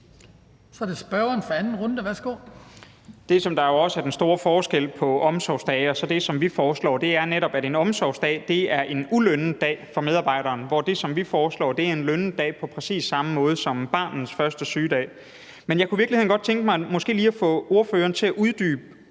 korte bemærkning. Værsgo. Kl. 20:03 Nick Zimmermann (DF): Det, der jo netop også er den store forskel på omsorgsdage og det, som vi foreslår, er, at en omsorgsdag er en ulønnet dag for medarbejderen, hvorimod det, som vi foreslår, er en lønnet dag på præcis samme måde som barnets første sygedag. Men jeg kunne i virkeligheden godt tænke mig måske lige at få ordføreren til at uddybe,